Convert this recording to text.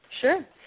Sure